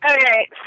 Okay